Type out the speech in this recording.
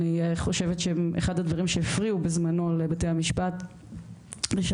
אני חושבת שאחד הדברים שהפריעו בזמנו לבתי המשפט ושאמרו